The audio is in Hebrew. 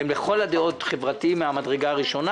שהם לכל הדעות חברתיים מן המדרגה הראשונה.